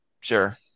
sure